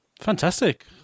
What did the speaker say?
Fantastic